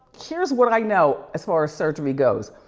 here's what i know as far as surgery goes,